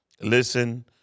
Listen